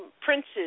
princes